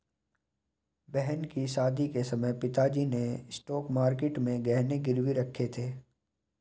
बहन की शादी के समय पिताजी ने स्पॉट मार्केट में गहने गिरवी रखे थे